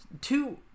Two